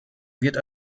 wird